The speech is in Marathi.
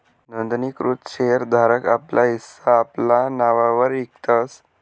नोंदणीकृत शेर धारक आपला हिस्सा आपला नाववर इकतस